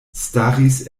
staris